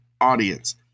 audience